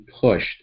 pushed